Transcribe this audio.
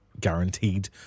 guaranteed